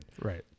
Right